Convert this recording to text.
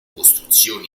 costruzioni